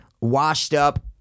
washed-up